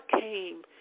came